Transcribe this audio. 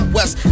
West